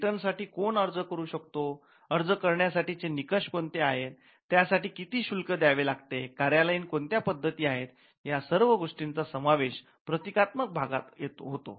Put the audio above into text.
पेटंटसाठी कोण अर्ज करू शकतो अर्ज करण्या साठीचे निकष कोणते आहेत त्यासाठी किती शुल्क द्यावे लागते कार्यालयीन कोणकोणत्या पद्धती आहेत या सर्व गोष्टींचा समावेश प्रक्रियात्मक भागात होतो